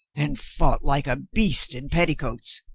and fought like a beast in petticoats